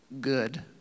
good